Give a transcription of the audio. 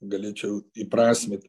galėčiau įprasmint